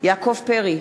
יעקב פרי,